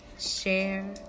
Share